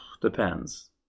Depends